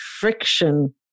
friction